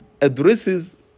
addresses